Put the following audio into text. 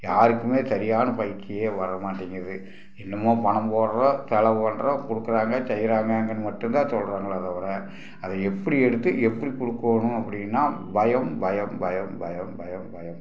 யாருக்குமே சரியான பயிற்சியே வர மாட்டேங்கிது என்னமோ பணம் போடுறோம் செலவு பண்ணுறோம் கொடுக்கறாங்க செய்கிறாங்கங்கன்னு மட்டும் தான் சொல்கிறாங்களே தவிர அது எப்படி எடுத்து எப்படி குடுக்கணும் அப்படின்னா பயம் பயம் பயம் பயம் பயம் பயம்